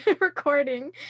recording